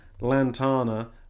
Lantana